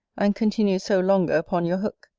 and continue so longer upon your hook.